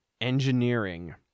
engineering